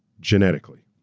genetically.